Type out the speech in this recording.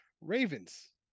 Ravens